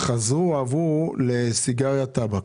שניים חזרו לסיגריה רגילה.